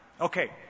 Okay